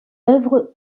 œuvres